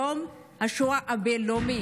יום השואה הבין-לאומי,